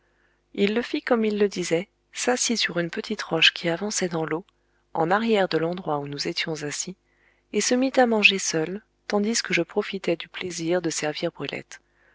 il le fit comme il le disait s'assit sur une petite roche qui avançait dans l'eau en arrière de l'endroit où nous étions assis et se mit à manger seul tandis que je profitais du plaisir de servir brulette